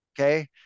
Okay